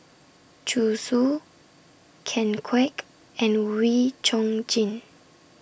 Zhu Xu Ken Kwek and Wee Chong Jin